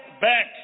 back